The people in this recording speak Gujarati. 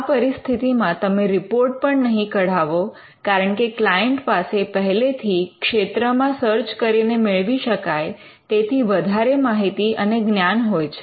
આ પરિસ્થિતિમાં તમે રિપોર્ટ પણ નહીં કઢાવો કારણકે ક્લાઈન્ટ પાસે પહેલેથી ક્ષેત્રમાં સર્ચ કરીને મેળવી શકાય તેથી વધારે માહિતી અને જ્ઞાન હોય છે